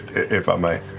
if i may,